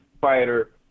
fighter